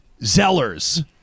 Zellers